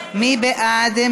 מי בעד?